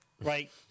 Right